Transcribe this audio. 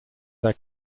their